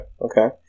okay